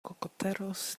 cocoteros